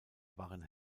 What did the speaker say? waren